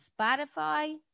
Spotify